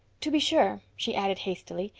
to be sure, she added hastily,